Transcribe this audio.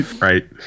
right